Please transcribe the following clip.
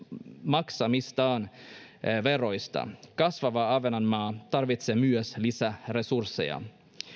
maksamistaan veroista kasvava ahvenanmaa tarvitsee myös lisäresursseja